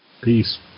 Peace